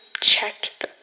checked